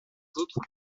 autres